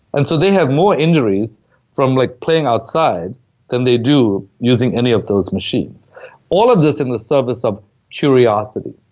and so they have more injuries from like playing outside than they do using any of those machines all of this in the service of curiosity.